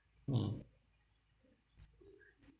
mm